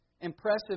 Impressive